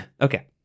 Okay